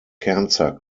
cancer